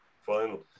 final